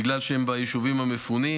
בגלל שהם ביישובים המפונים,